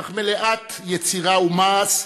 אך מלאת יצירה ומעש,